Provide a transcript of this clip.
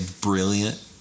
brilliant